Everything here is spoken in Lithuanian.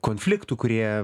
konfliktų kurie